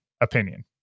opinion